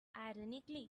ironically